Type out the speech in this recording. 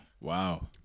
Wow